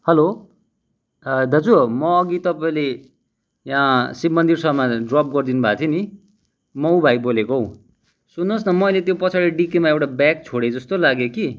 hello दाजु म अघि तपाईँले यहाँ शिव मन्दिरसम्म ड्रप गरिदिनुभएको थियो नि म उ भाइ बोलेको हौ सुन्नुहोस् न मैले त्यो पछाडि डिक्कीमा एउटा ब्याग छोडेँ जस्तो लाग्यो कि